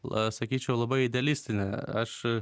la sakyčiau labai idealistinė aš